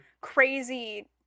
crazy